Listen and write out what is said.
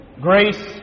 Grace